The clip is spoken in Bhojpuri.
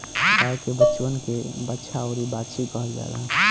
गाय के बचवन के बाछा अउरी बाछी कहल जाला